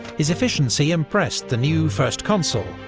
his efficiency impressed the new first consul,